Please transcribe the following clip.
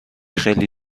خیلی